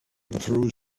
through